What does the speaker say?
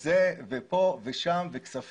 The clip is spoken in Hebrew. ועוד כל מיני דברים וכספים,